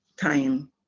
time